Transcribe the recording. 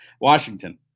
Washington